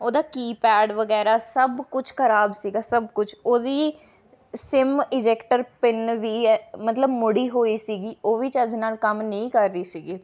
ਉਹਦਾ ਕੀਪੈਡ ਵਗੈਰਾ ਸਭ ਕੁਝ ਖਰਾਬ ਸੀਗਾ ਸਭ ਕੁਛ ਉਹਦੀ ਸਿੱਮ ਈਜੈਕਟਰ ਪਿੰਨ ਵੀ ਹੈ ਮਤਲਬ ਮੁੜੀ ਹੋਈ ਸੀਗੀ ਉਹ ਵੀ ਚੱਜ ਨਾਲ ਕੰਮ ਨਹੀਂ ਕਰ ਰਹੀ ਸੀਗੀ